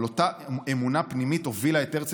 אבל אותה אמונה פנימית הובילה את הרצל